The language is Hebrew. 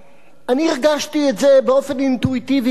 הרגשתי את זה באופן אינטואיטיבי.